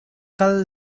kal